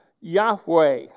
Yahweh